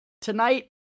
tonight